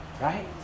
Right